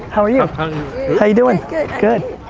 how are you? how you doing? good, good,